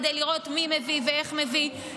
כדי לראות מי מביא ואיך מביא,